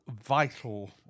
vital